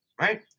right